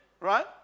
Right